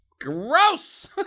Gross